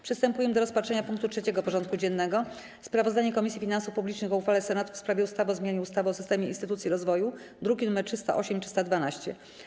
Przystępujemy do rozpatrzenia punktu 3. porządku dziennego: Sprawozdanie Komisji Finansów Publicznych o uchwale Senatu w sprawie ustawy o zmianie ustawy o systemie instytucji rozwoju (druki nr 308 i 312)